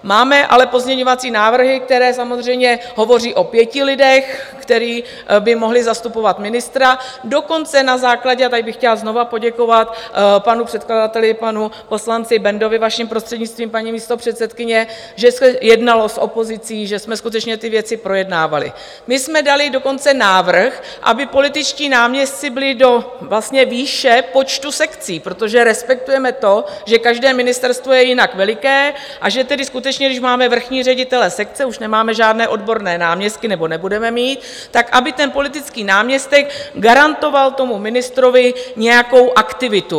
Máme ale pozměňovací návrhy, které samozřejmě hovoří o pěti lidech, kteří by mohli zastupovat ministra, dokonce na základě a tady bych chtěla znovu poděkovat panu předkladateli, panu poslanci Bendovi, vaším prostřednictvím, paní místopředsedkyně, že se jednalo s opozicí, že jsme skutečně ty věci projednávali my jsme dali dokonce návrh, aby političtí náměstci byli vlastně do výše počtu sekcí, protože respektujeme to, že každé ministerstvo je jinak veliké, a že tedy skutečně, když máme vrchní ředitele sekce, už nemáme žádné odborné náměstky, nebo nebudeme mít, tak aby politický náměstek garantoval ministrovi nějakou aktivitu.